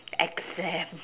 exam